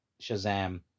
Shazam